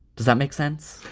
does that make sense?